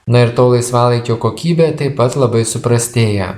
na ir to laisvalaikio kokybė taip pat labai suprastėja